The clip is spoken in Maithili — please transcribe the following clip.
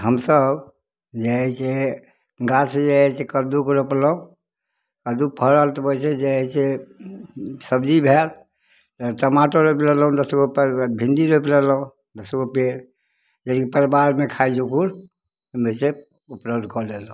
हमसभ जे हइ से गाछ जे हइ से कद्दूके रोपलहुँ कद्दू फड़ल तऽ ओहिसे जे हइ से सबजी भेल टमाटर रोपि लेलहुँ दसगो पेड़ भिण्डी रोपि लेलहुँ दसगो पेड़ जेकि परिवारमे खाइ जोगर ओहिमेसे से उपलब्ध कऽ लेलहुँ